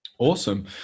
Awesome